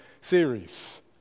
series